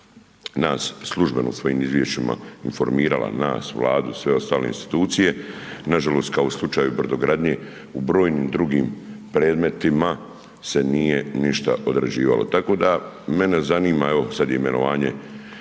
nas službeno u svojim izvješćima informirala, nas, vladu, sve ostale institucije. Nažalost kao u slučaju brodogradnje u brojnim drugim predmetima se nije ništa odrađivalo. Tako da mene zanima, evo sad imenovanje,